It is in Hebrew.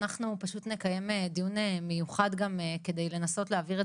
אנחנו פשוט נקיים דיון מיוחד גם כדי לנסות להעביר את